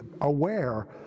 aware